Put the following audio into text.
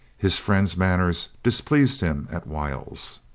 his friend's man ners displeased him at whiles.